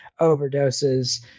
overdoses